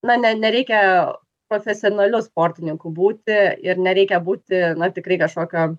na ne nereikia profesionaliu sportininku būti ir nereikia būti na tikrai kažkokio